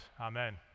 amen